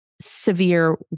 severe